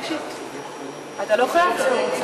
זו קריאה שנייה ושלישית.